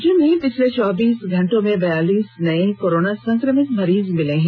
राज्य में पिछले चौबीस घंटे में बियालीस नये कोरोना संक्रमित मरीज मिले है